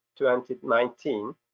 2019